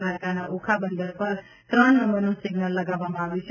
દ્વારકાના ઓખા બંદર પર ત્રણ નંબરનું સિગ્નલ લગાવવામાં આવ્યું છે